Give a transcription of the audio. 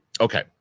okay